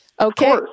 Okay